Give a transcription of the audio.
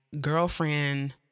girlfriend